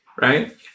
right